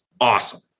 awesome